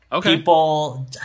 People